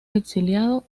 exiliado